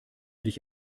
dich